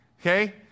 Okay